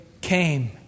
came